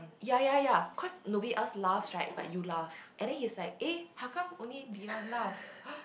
ya ya ya cause nobody else laughs [right] but you laugh and then he's like eh how come only Dion laugh